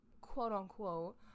quote-unquote